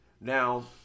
Now